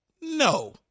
No